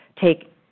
take